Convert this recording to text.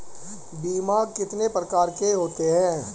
बीमा कितने प्रकार के होते हैं?